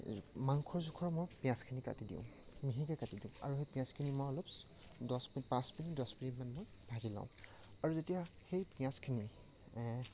মাংস জোখাৰ মই পিঁয়াজখিনি কাটি দিওঁ মিহিকৈ কাটি দিওঁ আৰু সেই পিঁয়াজখিনি মই দহ মিনিট পাঁচ মিনিট দহ মিনিটমান মই ভাজি লওঁ আৰু যেতিয়া সেই পিঁয়াজখিনি